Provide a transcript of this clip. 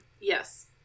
Yes